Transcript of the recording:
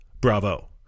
bravo